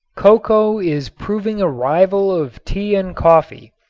cocoa is proving a rival of tea and coffee,